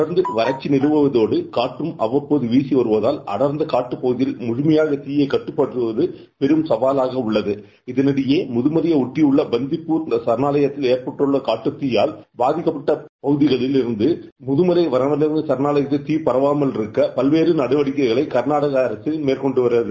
தொடர்ந்து வறட்சி நிலவுவதோடு ஊற்றும் அவ்வப்போது வீசி வருவதால் அடர்ந்த காட்டுப்பகுதியில் முழுமையாக தீயைக் கட்டுப்படுத்துவது பெரும் சலாலாக உள்ளது இதனிடபே முதமலை ஒட்டியுள்ள பந்திப்பூர் சரணாலயத்தில் ஏற்பட்டுள்ள காட்டுக் தீயில் பாதிக்கப்பட்ட பகுதிகளிலிருந்து முதமலை வனவிலங்கு சாணாவயத்தில் கீ பரவாமல் இருக்க பல்வேறு நடவடிக்கைகளை கர்நாடக அரசு மேற்கொண்டு வருகிறது